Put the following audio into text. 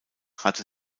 hatte